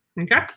okay